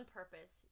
purpose